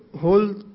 whole